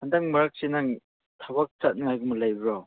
ꯍꯟꯗꯛ ꯃꯔꯛꯁꯤ ꯅꯪ ꯊꯕꯛ ꯆꯠꯅꯤꯡꯉꯥꯏ ꯒꯨꯝꯕ ꯂꯩꯕ꯭ꯔꯣ